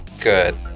good